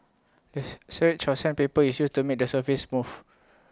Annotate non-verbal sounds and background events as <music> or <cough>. <unintelligible> of sandpaper is used to make the surface smooth